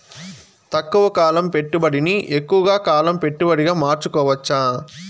తక్కువ కాలం పెట్టుబడిని ఎక్కువగా కాలం పెట్టుబడిగా మార్చుకోవచ్చా?